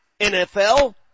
NFL